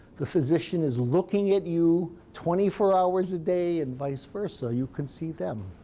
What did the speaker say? the physician is looking at you twenty four hours a day and vice versa. you can see them